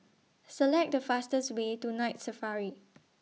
Select The fastest Way to Night Safari